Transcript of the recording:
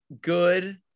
good